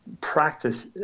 practice